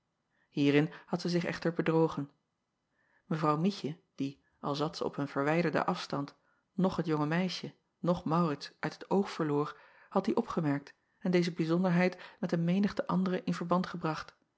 ierin had zij zich echter bedrogen evrouw ietje acob van ennep laasje evenster delen die al zat zij op een verwijderden afstand noch het jonge meisje noch aurits uit het oog verloor had die opgemerkt en deze bijzonderheid met een menigte andere in verband gebracht